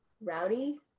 rowdy